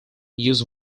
use